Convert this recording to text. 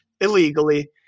illegally